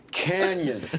canyon